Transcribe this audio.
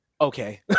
Okay